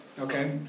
okay